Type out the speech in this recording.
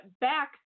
back